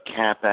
capex